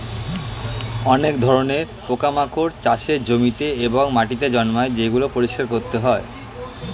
অনেক ধরণের পোকামাকড় চাষের জমিতে এবং মাটিতে জন্মায় যেগুলি পরিষ্কার করতে হয়